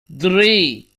three